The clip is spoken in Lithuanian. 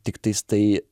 tiktais tai